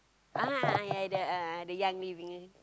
ah ya the uh the young living